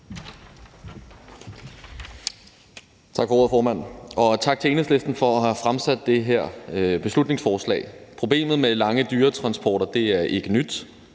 Tak for ordet, formand, og tak til Enhedslisten for at have fremsat det her beslutningsforslag. Problemet med lange dyretransporter er ikke nyt,